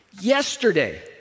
Yesterday